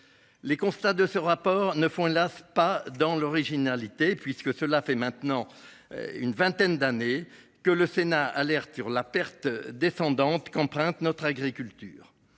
Les constats de ce rapport ne font hélas pas dans l'originalité puisque cela fait maintenant. Une vingtaine d'années que le Sénat alerte sur la perte descendante qu'empruntent notre agriculture.